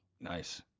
Nice